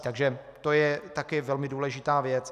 Takže to je také velmi důležitá věc.